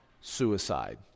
suicide